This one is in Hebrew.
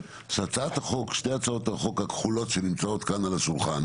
ששתי הצעות החוק הכחולות שנמצאות כאן על השולחן